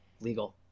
Legal